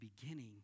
beginning